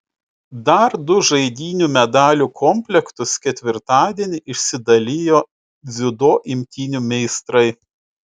dar du žaidynių medalių komplektus ketvirtadienį išsidalijo dziudo imtynių meistrai